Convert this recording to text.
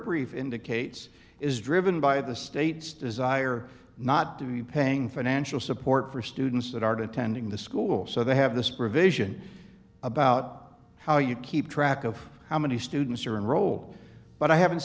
brief indicates is driven by the state's desire not to be paying financial support for students that art attending the school so they have this provision about how you keep track of how many students are enroll but i haven't